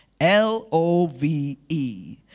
L-O-V-E